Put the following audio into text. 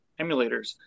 emulators